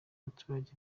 abaturage